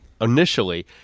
initially